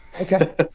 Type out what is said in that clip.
okay